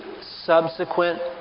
subsequent